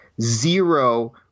zero